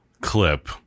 clip